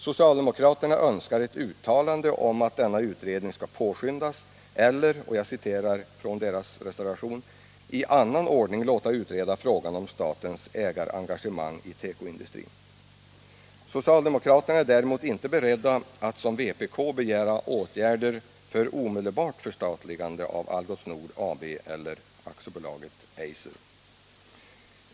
Socialdemokraterna önskar ett uttalande om att denna utredning skall påskyndas eller — jag citerar från deras reservation — att ”i annan ordning låta utreda frågan om statens ägarengagemang i tekoindustrin”. Socialdemokraterna är däremot inte beredda att som vpk begära åtgärder för omedelbart förstatligande av Algots Nord AB och AB Eiser.